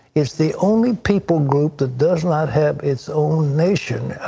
it's the only people group that does not have its own nation,